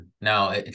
now